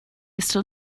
still